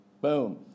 Boom